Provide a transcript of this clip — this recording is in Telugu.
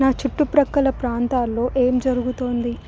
నా చుట్టుప్రక్కల ప్రాంతాల్లో ఏం జరుగుతోంది